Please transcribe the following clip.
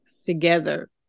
together